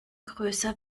größer